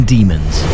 Demons